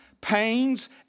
pains